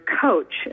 coach